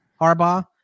Harbaugh